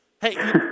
Hey